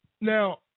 Now